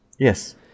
Yes